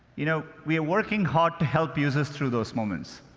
you know we are working hard to help users through those moments.